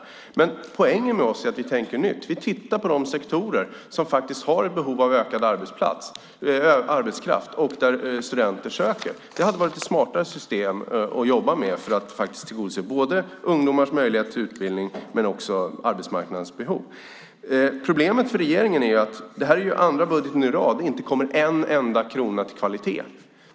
Poängen hos oss är att vi tänker nytt. Vi tittar på de sektorer som har behov av ökad arbetskraft och där studenter söker. Det hade varit ett smartare system att jobba med för att tillgodose både ungdomars möjlighet till utbildning och arbetsmarknadens behov. Problemet för regeringen är att det här är andra budgeten i rad där det inte kommer en enda krona till kvalitet.